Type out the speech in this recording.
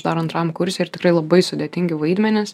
dar antram kurse ir tikrai labai sudėtingi vaidmenys